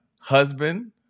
husband